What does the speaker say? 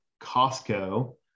Costco